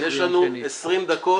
יש לנו 20 דקות.